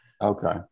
Okay